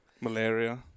Malaria